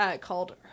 called